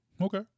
Okay